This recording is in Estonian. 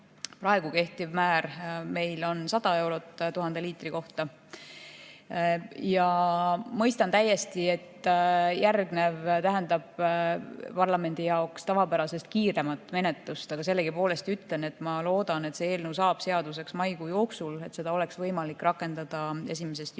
Praegu kehtiv määr on meil 100 eurot 1000 liitri kohta. Mõistan täiesti, et järgnev tähendab parlamendi jaoks tavapärasest kiiremat menetlust, aga sellegipoolest ütlen, et ma loodan, et see eelnõu saab seaduseks maikuu jooksul, nii et seda oleks võimalik rakendada 1. juunist.